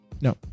No